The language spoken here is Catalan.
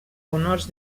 honors